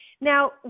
Now